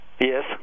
Yes